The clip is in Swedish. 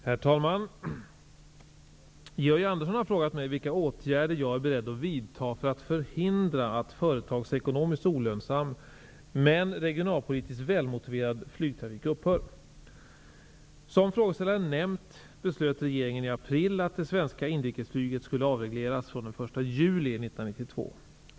Herr talman! Georg Andersson har frågat mig vilka åtgärder jag är beredd att vidta för att förhindra att företagsekonomiskt olönsam men reginalpolitiskt välmotiverad flygtrafik upphör. Som frågeställaren nämnt beslöt regeringen i april att det svenska inrikesflyget skulle avregleras från den 1 juli 1992.